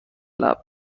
تاپ